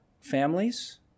families